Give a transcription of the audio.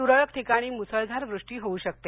तूरळक ठिकाणी मुसळधार वृष्टी होऊ शकते